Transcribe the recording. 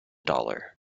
dollar